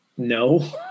No